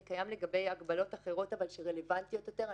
זה קיים לגבי הגבלות אחרות שרלוונטיות יותר.